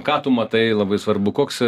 ką tu matai labai svarbu koks